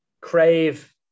crave